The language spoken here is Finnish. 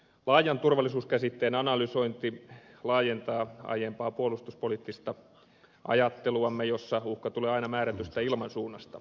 laajan turvallisuuskäsitteen analysointi laajentaa aiempaa puolustuspoliittista ajatteluamme jossa uhka tulee aina määrätystä ilmansuunnasta